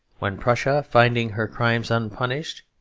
when prussia, finding her crimes unpunished,